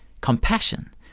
Compassion